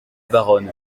baronne